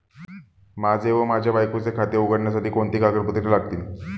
माझे व माझ्या बायकोचे खाते उघडण्यासाठी कोणती कागदपत्रे लागतील?